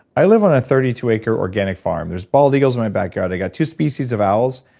i live on a thirty two acre organic farm. there's bald eagles in my backyard, i got two species of owls,